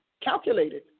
calculated